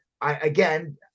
again